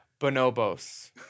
Bonobos